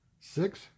Six